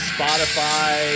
Spotify